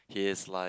he is like